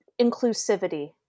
inclusivity